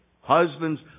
Husbands